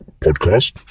podcast